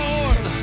Lord